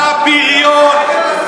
אתה בריון.